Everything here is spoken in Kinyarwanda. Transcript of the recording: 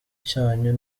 cyanyu